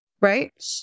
Right